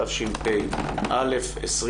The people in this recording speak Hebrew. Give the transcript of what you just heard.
התשפ"א-2020,